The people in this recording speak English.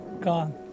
gone